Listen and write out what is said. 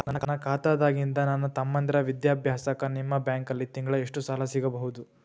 ನನ್ನ ಖಾತಾದಾಗಿಂದ ನನ್ನ ತಮ್ಮಂದಿರ ವಿದ್ಯಾಭ್ಯಾಸಕ್ಕ ನಿಮ್ಮ ಬ್ಯಾಂಕಲ್ಲಿ ತಿಂಗಳ ಎಷ್ಟು ಸಾಲ ಸಿಗಬಹುದು?